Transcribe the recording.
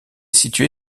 située